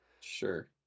Sure